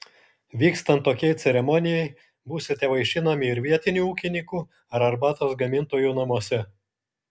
vykstant tokiai ceremonijai būsite vaišinami ir vietinių ūkininkų ar arbatos gamintojų namuose